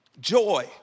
joy